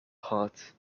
heart